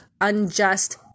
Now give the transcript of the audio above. unjust